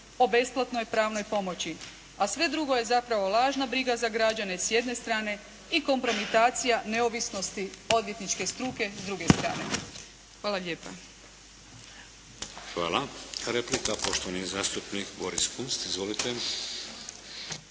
o besplatnoj pravnoj pomoći, a sve drugo je zapravo lažna briga za građane s jedne strane i kompromitacija neovisnosti odvjetničke struke s druge strane. Hvala lijepa. **Šeks, Vladimir (HDZ)** Hvala. Replika, poštovani zastupnik Boris Kunst. Izvolite.